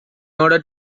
order